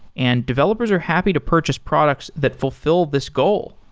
and developers are happy to purchase products that fulfill this goal.